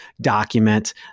document